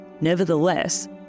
Nevertheless